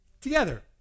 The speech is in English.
Together